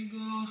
go